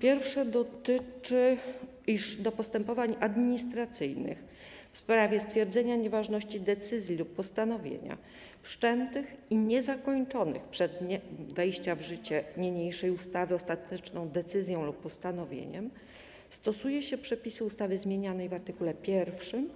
Pierwsze dotyczy tego, że do postępowań administracyjnych w sprawie stwierdzenia nieważności decyzji lub postanowienia wszczętych i niezakończonych przed dniem wejścia w życie niniejszej ustawy ostateczną decyzją lub postanowieniem stosuje się przepisy ustawy zmienianej w art. 1